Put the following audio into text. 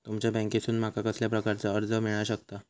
तुमच्या बँकेसून माका कसल्या प्रकारचा कर्ज मिला शकता?